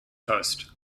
coast